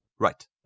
Right